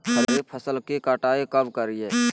खरीफ फसल की कटाई कब करिये?